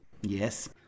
Yes